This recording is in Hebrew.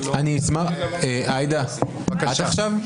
בבקשה.